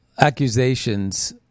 accusations